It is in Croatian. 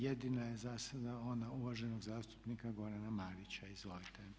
Jedina je zasada ona uvaženog zastupnika Gorana Marića, izvolite.